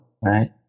right